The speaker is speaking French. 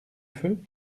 feu